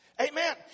Amen